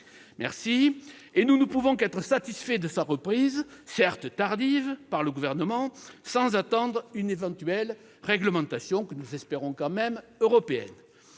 reste -et nous ne pouvons qu'être satisfaits de sa reprise, certes tardive, par le Gouvernement, sans attendre une éventuelle réglementation européenne, même si nous